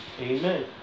Amen